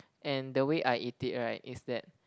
and the way I eat it right is that